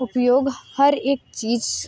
उपयोग हर एक चीज़